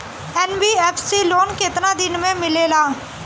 NBFC loan केतना दिन मे मिलेला?